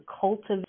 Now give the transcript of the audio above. cultivate